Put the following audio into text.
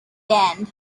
banned